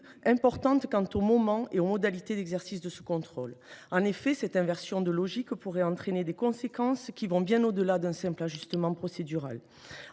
importantes quant au moment et aux modalités d’exercice de ce contrôle. Cette inversion de logique pourrait avoir des conséquences au delà d’un simple ajustement procédural.